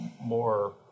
more